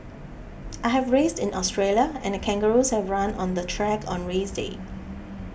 I have raced in Australia and the kangaroos have run on the track on race day